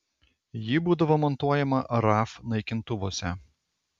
ji būdavo montuojama raf naikintuvuose